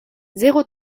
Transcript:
zéro